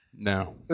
No